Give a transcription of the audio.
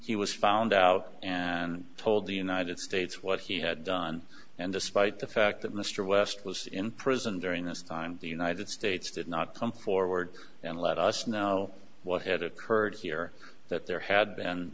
he was found out and told the united states what he had done and despite the fact that mr west was in prison during this time the united states did not come forward and let us know what had occurred here that there had been